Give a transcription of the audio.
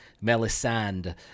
Melisande